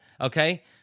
okay